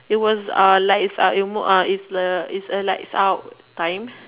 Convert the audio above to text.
it was uh lights out remote uh it's a it's a lights out time